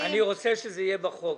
אני רוצה שזה יהיה בחוק.